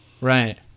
right